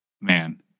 Man